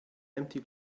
empty